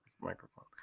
microphone